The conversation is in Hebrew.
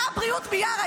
לבריאות, מיארה.